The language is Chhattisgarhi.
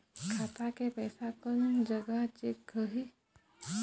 खाता के पैसा कोन जग चेक होही?